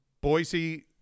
Boise